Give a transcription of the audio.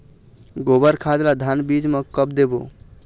गोबर खाद ला धान बीज म कब देबो?